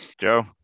Joe